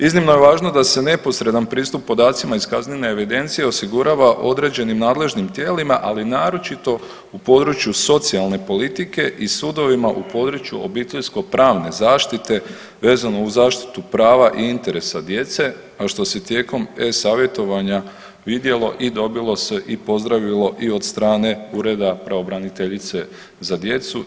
Iznimno je važno da se neposredan pristup podacima iz kaznene evidencije osigurava određenim nadležnim tijelima, ali naročito u području socijalne politike i sudovima u području obiteljsko-pravne zaštite vezano uz zaštitu prava i interesa djece a što se tijekom e-savjetovanja vidjelo i dobilo se i pozdravilo i od strane Ureda pravobraniteljice za djecu.